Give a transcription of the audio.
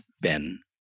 Ben